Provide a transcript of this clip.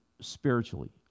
spiritually